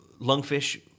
Lungfish